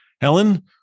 Helen